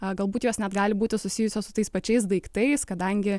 a galbūt jos net gali būti susijusios su tais pačiais daiktais kadangi